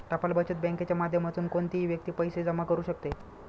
टपाल बचत बँकेच्या माध्यमातून कोणतीही व्यक्ती पैसे जमा करू शकते